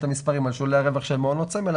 את המספרים על שולי הרווח של מעונות סמל,